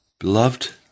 Beloved